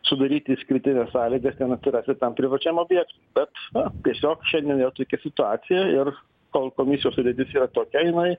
sudaryti išskirtines sąlygas ten atsirasti tam privačiam objek bet na tiesiog šiandien yra tokia situacija ir kol komisijos sudėtis yra tokia jinai